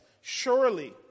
Surely